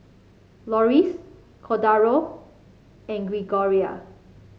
Loris Cordaro and Gregoria